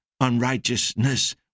unrighteousness